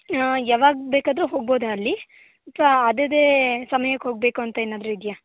ಯಾವಾಗ ಬೇಕಾದರೂ ಹೋಗಬಹುದಾ ಅಲ್ಲಿ ಅಥವಾ ಅದದೇ ಸಮಯಕ್ಕೆ ಹೋಗಬೇಕು ಅಂತ ಏನಾದರೂ ಇದೆಯಾ